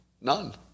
None